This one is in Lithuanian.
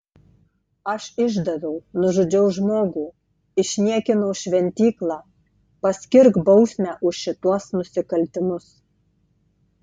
aš išdaviau nužudžiau žmogų išniekinau šventyklą paskirk bausmę už šituos nusikaltimus